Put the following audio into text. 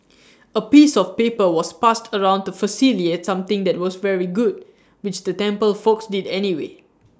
A piece of paper was passed around to facilitate something that was very good which the temple folks did anyway